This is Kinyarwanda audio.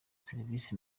serivisi